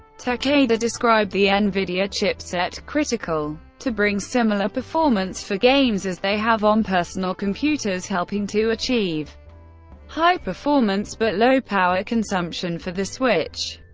takeda described the nvidia chipset critical to bring similar performance for games as they have on personal computers, helping to achieve high performance, but low power consumption for the switch.